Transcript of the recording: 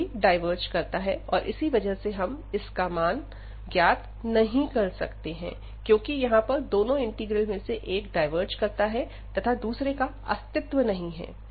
यह भी डाइवर्ज करता है और इसी वजह से हम इस का मान ज्ञात नहीं कर सकते हैं क्योंकि यहां पर दोनों इंटीग्रल में से एक डाइवर्ज करता है तथा दूसरे का अस्तित्व नहीं है